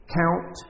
count